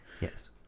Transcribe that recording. Yes